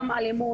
גם אלימות,